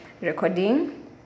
recording